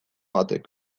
batek